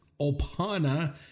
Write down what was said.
Opana